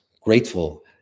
grateful